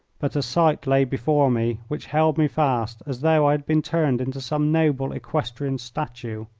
but a sight lay before me which held me fast as though i had been turned into some noble equestrian statue.